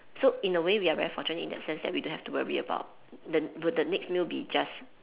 so in a way we are very fortunate in that sense that we don't have to worry about will the next meal be just